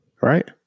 Right